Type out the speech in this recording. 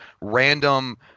random